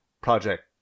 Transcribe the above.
project